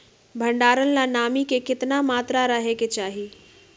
भंडारण ला नामी के केतना मात्रा राहेके चाही?